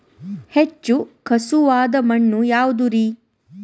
ಹೆಚ್ಚು ಖಸುವಾದ ಮಣ್ಣು ಯಾವುದು ರಿ?